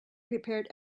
prepared